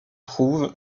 trouve